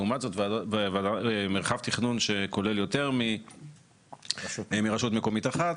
לעומת זאת מרחב תכנון שכולל יותר מרשות מקומית אחת,